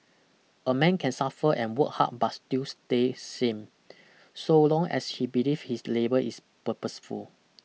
a man can suffer and work hard but still stay same so long as he believe his labour is purposeful